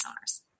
owners